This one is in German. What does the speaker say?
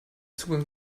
zugang